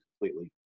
completely